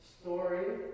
story